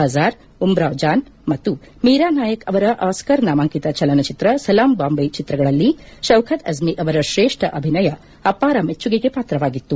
ಬಜಾರ್ ಉಮಾವ್ ಜಾನ್ ಮತ್ತು ಮೀರಾ ನಾಯಕ್ ಅವರ ಆಸ್ಲರ್ ನಾಮಾಂಕಿತ ಚಲನಚಿತ್ರ ಸಲಾಂ ಬಾಂಬೆ ಚಿತ್ರಗಳಲ್ಲಿ ಶೌಖತ್ ಅಜ್ನಿ ಅವರ ತ್ರೇಷ್ನ ಅಭಿನಯ ಅಪಾರ ಮೆಚ್ಲಗೆಗೆ ಪಾತ್ರವಾಗಿತ್ತು